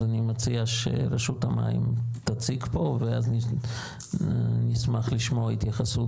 אני מציע שרשות המים תציג פה ואז נשמח לשמוע התייחסות